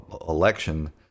election